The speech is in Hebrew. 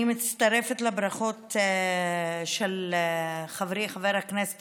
אני מצטרפת לברכות של חברי חבר הכנסת